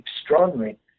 extraordinary